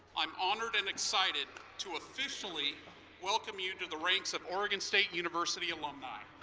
i'm honored and excited to officially welcome you to the ranks of oregon state university alumni.